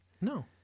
No